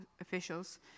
officials